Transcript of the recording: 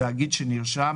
תאגיד שנרשם,